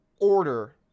order